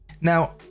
now